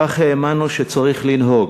כך האמנו שצריך לנהוג.